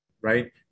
Right